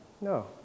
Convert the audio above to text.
No